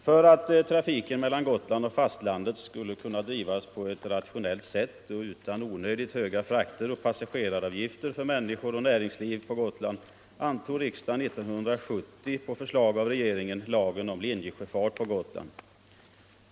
För att trafiken mellan Gotland och fastlandet skulle kunna drivas på ett rationellt sätt och utan onödigt höga passageraravgifter och frakter för människor och näringsliv på Gotland antog riksdagen 1970 på förslag av regeringen lagen om linjesjöfart på Gotland.